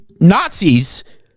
Nazis